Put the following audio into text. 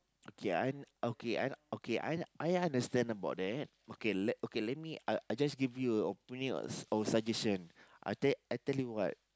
okay I'm okay I okay I I understand about that okay let okay let me I I just give you a opening or a suggestion I tell I tell you what